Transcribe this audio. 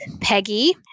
Peggy